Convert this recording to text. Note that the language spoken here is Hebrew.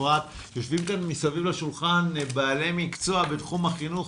יושבים כאן מסביב לשולחן בעלי מקצוע בתחום החינוך,